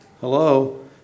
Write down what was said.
hello